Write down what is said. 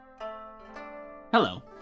Hello